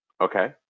Okay